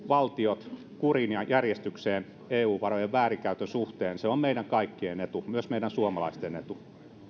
valtiot kuriin ja järjestykseen eu varojen väärinkäytön suhteen se on meidän kaikkien etu myös meidän suomalaisten etu